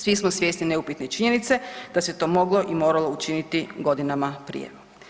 Svi smo svjesni neupitne činjenice da se to moglo i moralo učiniti godinama prije.